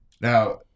Now